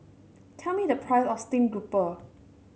tell me the price of Steamed Grouper